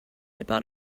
about